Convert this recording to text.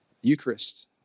Eucharist